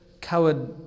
Coward